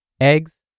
eggs